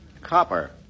copper